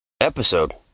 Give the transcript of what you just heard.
episode